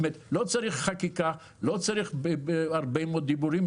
לא צריך חקיקה, לא צריך הרבה מאוד דיבורים.